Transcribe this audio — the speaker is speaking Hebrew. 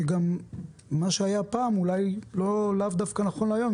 שגם מה שהיה פעם אולי לאו דווקא נכון להיום.